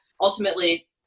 ultimately